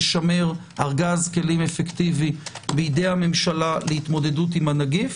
לשמר ארגז כלים אפקטיבי בידי הממשלה להתמודדות עם הנגיף,